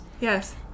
Yes